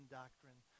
doctrine